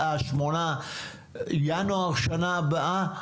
בשנה הבאה,